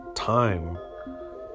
time